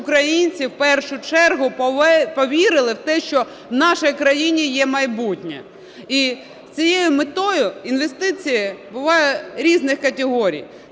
українці в першу чергу повірили в те, що в нашій країні є майбутнє. І з цією метою інвестиції бувають різних категорій.